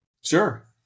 Sure